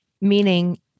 meaning